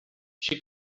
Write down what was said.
she